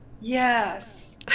Yes